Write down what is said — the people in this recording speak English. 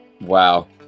Wow